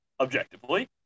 objectively